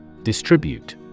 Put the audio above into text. Distribute